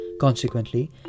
Consequently